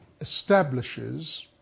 establishes